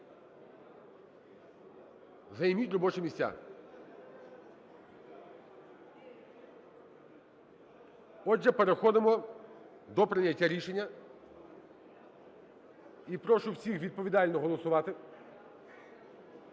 Займіть робочі місця. Отже, переходимо до прийняття рішення і прошу всіх відповідально голосувати.